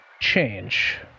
change